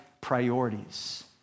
priorities